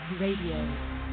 Radio